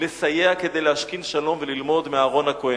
לסייע כדי להשכין שלום וללמוד מאהרן הכוהן.